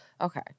Okay